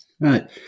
Right